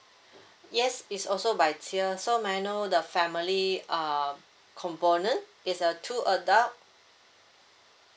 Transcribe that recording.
yes it's also by tier so may I know the family uh component it's a two adult